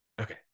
Okay